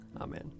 Amen